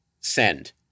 send